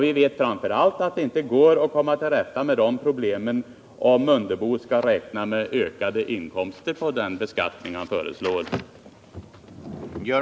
Vi vet att det inte går att komma till rätta med problemen, om Ingemar Mundebo skall räkna med ökade inkomster på den beskattning han föreslår.